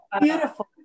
beautiful